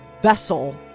vessel